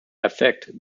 affect